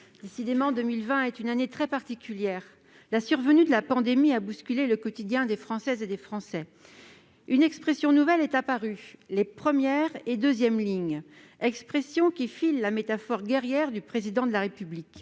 Décidément, 2020 est une année très particulière ! La survenue de la pandémie a bousculé le quotidien des Françaises et des Français. Des expressions nouvelles sont apparues : la « première ligne » et la « deuxième ligne », expressions qui filent la métaphore guerrière du Président de la République,